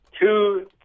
two